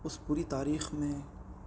اس پوری تاریخ میں